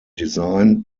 design